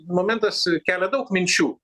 momentas kelia daug minčių